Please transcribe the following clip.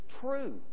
true